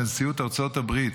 לנשיאות ארצות הברית,